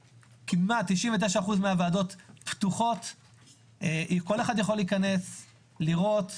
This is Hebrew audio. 99% מהוועדות פתוחות וכל אחד יכול להיכנס ולראות,